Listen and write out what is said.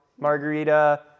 Margarita